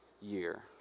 year